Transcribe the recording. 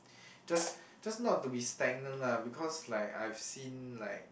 just just not to be stagnant lah because like I've seen like